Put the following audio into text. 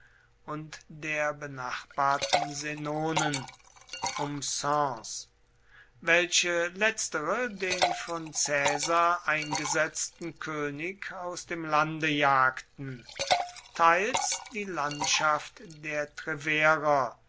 und der benachbarten senonen um sens welche letztere den von caesar eingesetzten könig aus dem lande jagten teils die landschaft der treverer